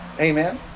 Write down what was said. amen